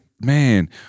man